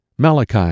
Malachi